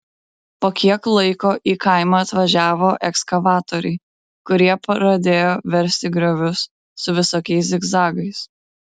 po kiek laiko į kaimą atvažiavo ekskavatoriai kurie pradėjo versti griovius su visokiais zigzagais